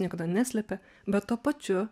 niekada neslėpė bet tuo pačiu